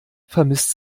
vermisst